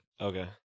Okay